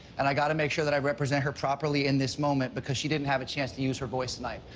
and i gotta make sure that i represent her properly in this moment because she didn't have a chance to use her voice tonight.